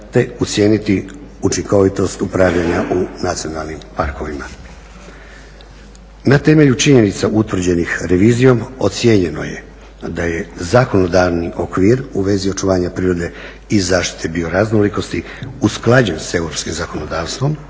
te ocijeniti učinkovitost upravljanja u nacionalnim parkovima. Na temelju činjenica utvrđenih revizijom ocijenjeno je da je zakonodavni okvir u vezi očuvanja prirode i zaštite bioraznolikosti usklađen sa europskim zakonodavstvom,